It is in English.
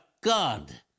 God